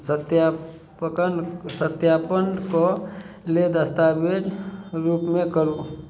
सत्यापनके लेल दस्तावेज रूपमे करू